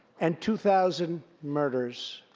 and two thousand murders.